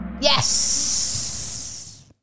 Yes